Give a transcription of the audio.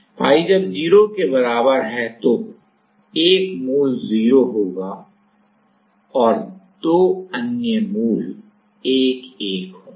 Phi जब 0 के बराबर है तो 1 मूल 0 होगा और अन्य दो मूल 1 1 होंगे